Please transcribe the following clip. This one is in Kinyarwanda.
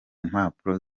mpapuro